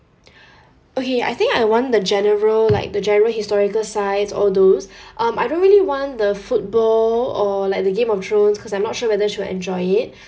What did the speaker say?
okay I think I want the general like the general historical sites all those um I don't really want the football or like the game of thrones cause I'm not sure whether she will enjoy it